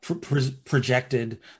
projected